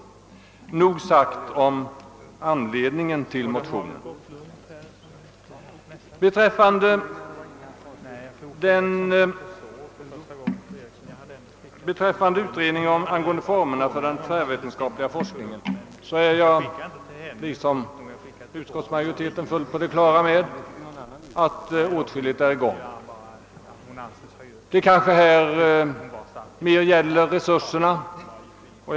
Nog sagt om anledningen till motionerna. Beträffande utredningen angående den tvärvetenskapliga forskningen är jag i likhet med utskottets majoritet helt på det klara med att ett arbete där pågår. Här gäller det kanske mer resursernas storlek.